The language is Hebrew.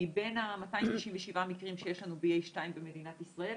מבין ה-237 מקרים שיש לנו של BA2 במדינת ישראל,